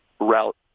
route